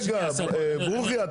רגע, ברוכי.